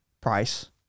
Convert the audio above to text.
price